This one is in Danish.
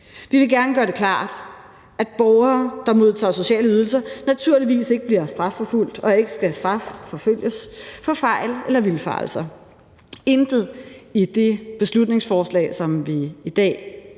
Vi vil gerne gøre det klart, at borgere, der modtager sociale ydelser, naturligvis ikke bliver strafforfulgt og ikke skal strafforfølges for fejl eller vildfarelser. Intet i det beslutningsforslag, som vi i dag